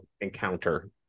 encounter